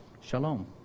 Shalom